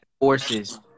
forces